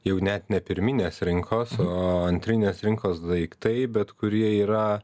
jau net ne pirminės rinkos o antrinės rinkos daiktai bet kurie yra